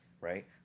right